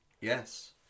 Yes